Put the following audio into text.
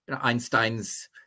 Einstein's